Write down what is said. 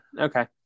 Okay